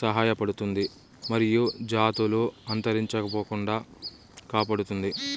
సహాయపడుతుంది మరియు జాతులు అంతరించిపోకుండా కాపాడుతుంది